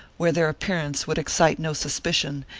where their appearance would excite no suspicion,